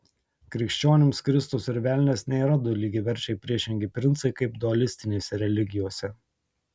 krikščionims kristus ir velnias nėra du lygiaverčiai priešingi princai kaip dualistinėse religijose